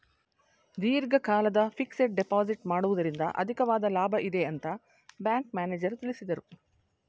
ದೀರ್ಘಕಾಲದ fixed deposit ಮಾಡುವುದರಿಂದ ಅಧಿಕವಾದ ಲಾಭ ಇದೆ ಅಂತ ಬ್ಯಾಂಕ್ ಮ್ಯಾನೇಜರ್ ತಿಳಿಸಿದರು